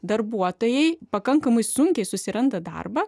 darbuotojai pakankamai sunkiai susiranda darbą